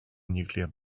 nuclear